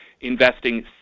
investing